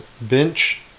bench